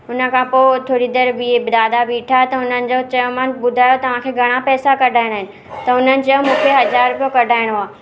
हुन खां पोइ थोरी देरि बीहे दादा बीठा त हुननि जा चयोमांसि ॿुधायो तव्हांखे घणा पैसा कढाइणा आहिनि त हुननि चयो मूंखे हज़ार रुपयो कढाइणो आहे